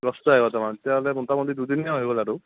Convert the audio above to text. দহটা এঘাৰটা মান তেতিয়াহ'লে মোটামুটি দুদিনেই হৈ গ'ল আৰু